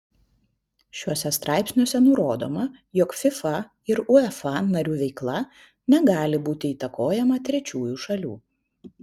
šiuose straipsniuose nurodoma jog fifa ir uefa narių veikla negali būti įtakojama trečiųjų šalių